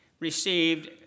received